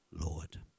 Lord